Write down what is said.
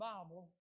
Bible